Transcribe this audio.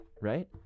right